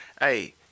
hey